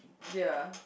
ya